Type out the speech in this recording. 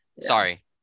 sorry